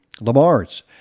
Lamar's